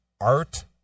Art